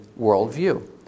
worldview